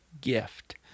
gift